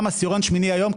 גם עשירון שמיני היום,